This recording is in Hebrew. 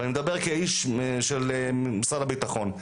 אני מדבר כאיש של משרד הביטחון.